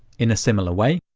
in a similar way,